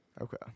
Okay